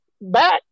back